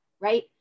right